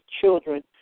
children